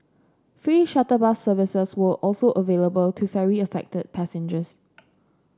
free shuttle bus services were also available to ferry affected passengers